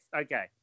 okay